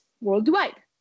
worldwide